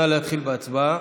נא להתחיל בהצבעה,